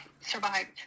survived